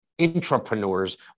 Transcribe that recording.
intrapreneurs